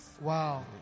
Wow